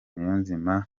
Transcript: niyonzima